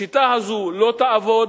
השיטה הזאת לא תעבוד.